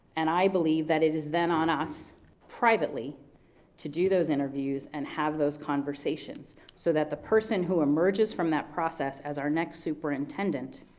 and i believe that it is then on us privately to do those interviews and have those conversations. so that the person who emerges from that process as our next superintendent,